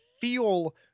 feel